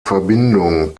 verbindung